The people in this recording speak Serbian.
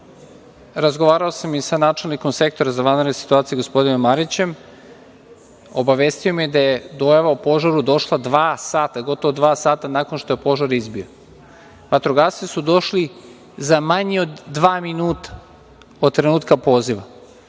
razgovarao sam i sa načelnikom Sektora za vanredne situacije gospodinom Marićem. Obavestio me je da je do ovog požara došlo gotovo dva sata nakon što je požar izbio. Vatrogasci su došli za manje od dva minuta od trenutka poziva.